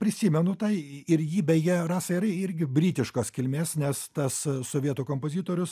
prisimenu tai ir ji beje rasa irgi britiškos kilmės nes tas sovietų kompozitorius